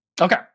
Okay